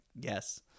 yes